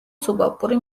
სუბალპური